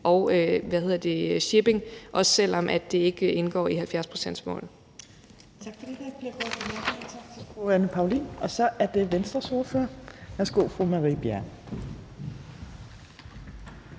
fokus på, også selv om det ikke indgår i 70-procentsmålet.